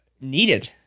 needed